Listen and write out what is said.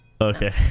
okay